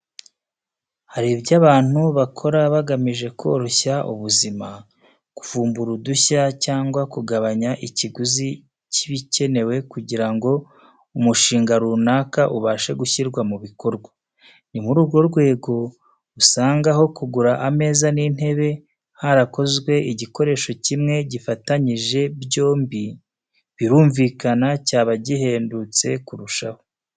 Hari ibyo abantu bakora bagamije koroshya ubuzima, kuvumbura udushya cyangwa kugabanya ikiguzi cy'ibikenewe kugira ngo umushinga runaka ubashe gushyirwa mu bikorwa, ni muri urwo rwego usanga aho kugura ameza n'intebe, harakozwe igikoresho kimwe gifatanyije byombi, birumvikana cyaba gihendutse kurushaho.